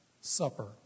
Supper